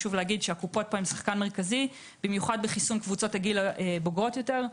הקופות כאן שחקן מרכזי במיוחד בחיסון קבוצות גיל בוגרות יותר.